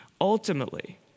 Ultimately